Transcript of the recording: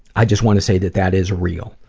i just want to say that that is real.